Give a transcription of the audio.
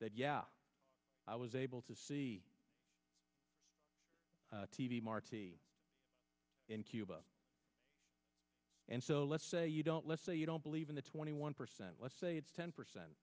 that yeah i was able to see t v marti in cuba and so let's say you don't let's say you don't believe in the twenty one percent let's say it's ten percent